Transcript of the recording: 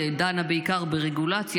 שדנה בעיקר ברגולציה,